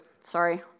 Sorry